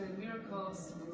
miracles